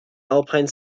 alpine